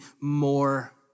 more